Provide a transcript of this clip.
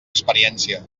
experiència